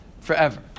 forever